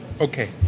okay